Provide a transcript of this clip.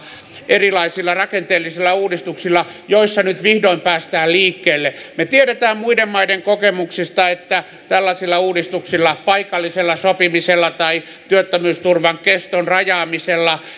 erilaisilla rakenteellisilla uudistuksilla joissa nyt vihdoin päästään liikkeelle me tiedämme muiden maiden kokemuksista että tällaisilla uudistuksilla paikallisella sopimisella tai työttömyysturvan keston rajaamisella